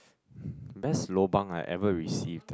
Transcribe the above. best lobang I had ever received ah